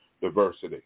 diversity